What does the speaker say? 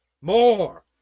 more